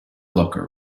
locker